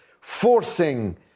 forcing